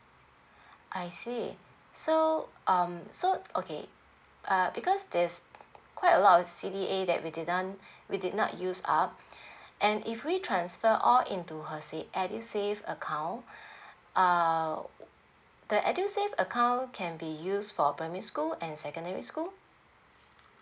I see so um so okay uh because there's quite a lot of C_D_A that we didn't we did not use up and if we transfer all into her say edusave account uh the edusave account can be use for primary school and secondary school